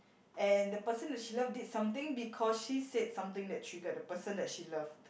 and the person that she love did something because she said something that triggered the person that she love